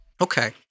Okay